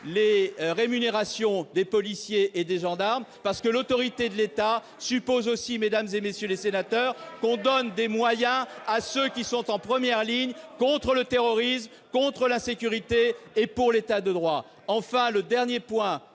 les rémunérations des policiers et des gendarmes. L'autorité de l'État suppose aussi, mesdames, messieurs les sénateurs, de donner des moyens à ceux qui oeuvrent en première ligne contre le terrorisme et l'insécurité, et pour l'État de droit. Enfin, le dernier point